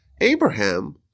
Abraham